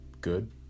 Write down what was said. good